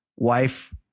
Wife